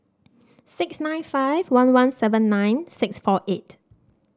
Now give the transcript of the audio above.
six nine five one one seven nine six four eight